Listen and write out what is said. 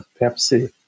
Pepsi